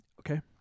okay